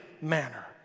manner